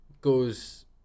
goes